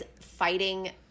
fighting